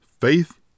faith